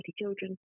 children